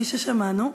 כפי ששמענו,